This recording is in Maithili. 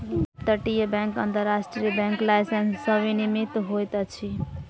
अप तटीय बैंक अन्तर्राष्ट्रीय बैंक लाइसेंस सॅ विनियमित होइत अछि